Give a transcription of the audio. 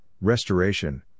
restoration